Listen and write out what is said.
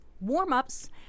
warm-ups